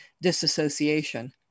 disassociation